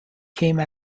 came